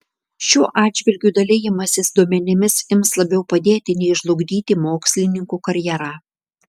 šiuo atžvilgiu dalijimasis duomenimis ims labiau padėti nei žlugdyti mokslininkų karjerą